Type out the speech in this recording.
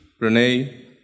Renee